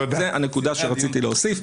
זו הנקודה שרציתי להוסיף.